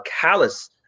callous